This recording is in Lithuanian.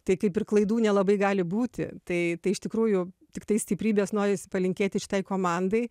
tai kaip ir klaidų nelabai gali būti tai iš tikrųjų tiktai stiprybės norisi palinkėti šitai komandai